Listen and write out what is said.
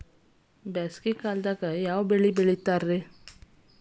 ಬ್ಯಾಸಗಿ ಕಾಲದಾಗ ಯಾವ ಬೆಳಿ ಬೆಳಿತಾರ?